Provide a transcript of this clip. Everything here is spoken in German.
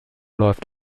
läuft